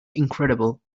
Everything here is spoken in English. incredible